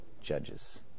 Judges